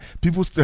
People